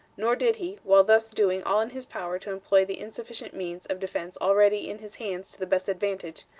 nor did he, while thus doing all in his power to employ the insufficient means of defense already in his hands to the best advantage,